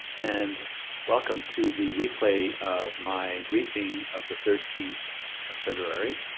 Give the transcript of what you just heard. and welcome to the replay of my briefing of the thirteenth of february,